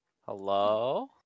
Hello